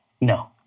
No